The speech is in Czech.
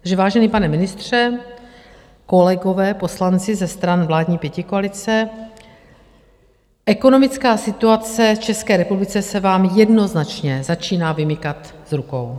Takže vážený pane ministře, kolegové poslanci ze stran vládní pětikoalice, ekonomická situace v České republice se vám jednoznačně začíná vymykat z rukou.